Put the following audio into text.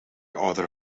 other